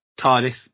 Cardiff